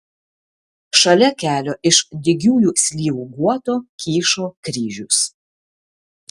šalia kelio iš dygiųjų slyvų guoto kyšo kryžius